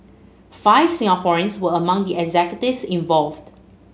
five Singaporeans were among the executives involved